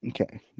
Okay